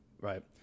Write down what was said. right